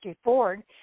Ford